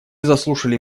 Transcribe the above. заслушали